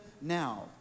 now